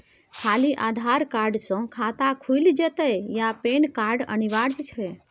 खाली आधार कार्ड स खाता खुईल जेतै या पेन कार्ड अनिवार्य छै?